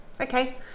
okay